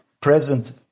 present